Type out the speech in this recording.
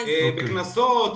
בקנסות,